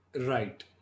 Right